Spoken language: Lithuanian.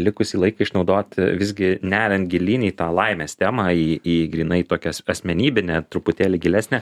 likusį laiką išnaudoti visgi neriant gilyn į tą laimės temą į į grynai tokias asmenybinę truputėlį gilesnę